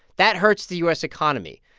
that hurts the u s. economy.